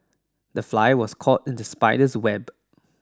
The fly was caught in the spider's web